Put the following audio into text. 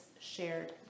shared